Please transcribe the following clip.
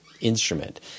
instrument